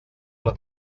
les